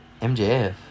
MJF